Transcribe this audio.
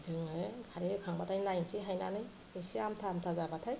जोङो खारै होखांब्लाथाय नायनोसै हायनानै इसे आमथा आमथा जाब्लाथाय